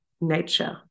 nature